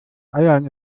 eiern